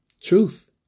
truth